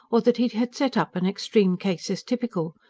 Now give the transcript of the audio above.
or that he had set up an extreme case as typical.